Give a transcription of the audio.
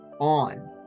on